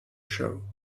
show